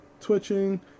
twitching